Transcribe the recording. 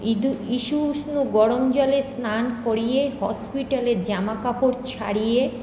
ঈষৎউষ্ণ গরম জলে স্নান করিয়ে হসপিটালের জামাকাপড় ছাড়িয়ে